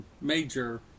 major